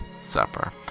Supper